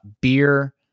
beer